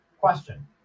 question